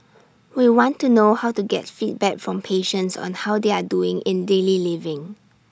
we want to know how to get feedback from patients on how they are doing in daily living